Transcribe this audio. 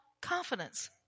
confidence